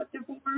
divorce